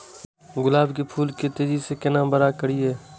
गुलाब के फूल के तेजी से केना बड़ा करिए?